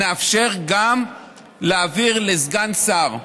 גם לסגן שר.